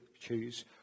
choose